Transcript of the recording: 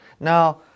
Now